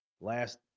Last